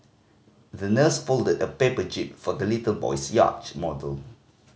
the nurse folded a paper jib for the little boy's yacht model